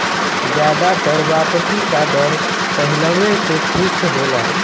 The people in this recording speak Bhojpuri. जादातर वापसी का दर पहिलवें से फिक्स होला